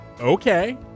Okay